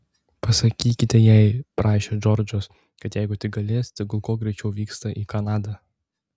pasakykite jai prašė džordžas kad jeigu tik galės tegul kuo greičiau vyksta į kanadą